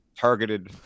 targeted